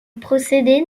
procédé